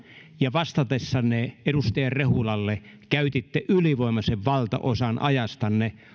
ja vastatessanne edustaja rehulalle käytitte ylivoimaisen valtaosan ajastanne